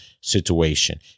situation